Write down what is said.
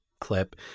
clip